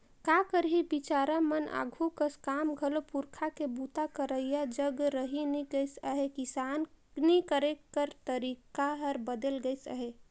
का करही बिचारा मन आघु कस काम घलो पूरखा के बूता करइया जग रहि नी गइस अहे, किसानी करे कर तरीके हर बदेल गइस अहे